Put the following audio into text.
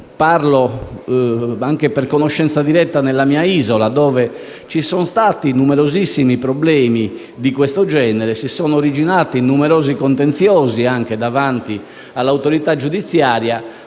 Parlo per conoscenza diretta della questione, poiché nella mia isola ci sono stati numerosissimi problemi di questo genere e si sono originati numerosi contenziosi, anche davanti all'autorità giudiziaria.